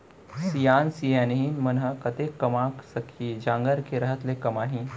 सियान सियनहिन मन ह कतेक कमा सकही, जांगर के रहत ले कमाही